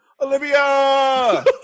Olivia